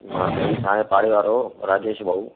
मां साईं तव्हां जे पाड़े वारो राजेश भाऊ